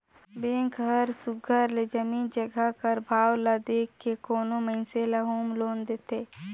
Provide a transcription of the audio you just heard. bank हर सुग्घर ले जमीन जगहा कर भाव ल देख के कोनो मइनसे ल होम लोन देथे